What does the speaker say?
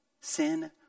Sin